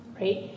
right